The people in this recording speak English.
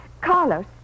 Carlos